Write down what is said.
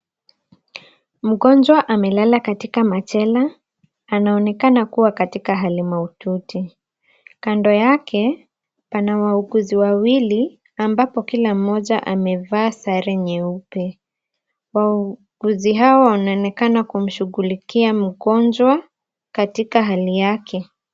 Mgonjwa amelala katika machela, anaonekana kuwa katika hali mahututi. Kando yake, pana wauguzi wawili ambapo kila mmoja amevaa sare nyeupe. Wauguzi hawa wanaonekana kumshughulikia mgonjwa katika hali yake.